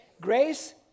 Grace